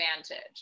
advantage